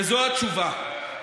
וזו התשובה: